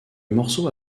morceau